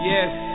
Yes